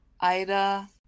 Ida